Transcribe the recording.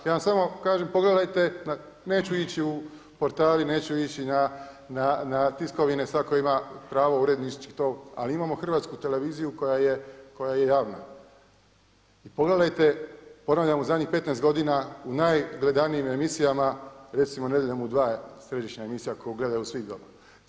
Ja vam samo kažem, pogledajte neću ići na portale, neću ići na tiskovine, svatko ima pravo urednički to, ali imamo Hrvatsku televiziju koja je javna i pogledajte, ponavljam u zadnjih 15 godina u najgledanijim emisijama, recimo „Nedjeljom u 2“ je središnja emisija koju gledaju svi doma.